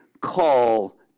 call